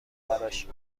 براش